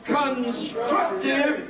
constructive